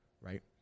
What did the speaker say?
right